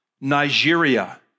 Nigeria